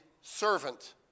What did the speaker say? servant